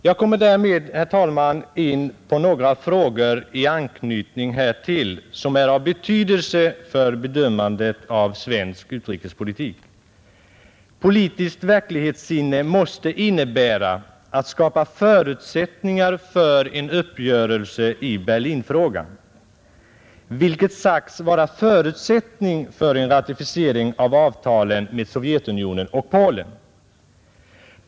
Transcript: Jag kommer, herr talman, in på några frågor i anslutning härtill som är av betydelse för bedömande av svensk utrikespolitik. Politiskt verklighetssinne måste innebära att skapa möjligheter för en uppgörelse i Berlinfrågan, som sagts vara förutsättningen för en ratificering av avtalen med Sovjetunionen och Polen.